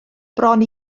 bron